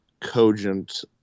cogent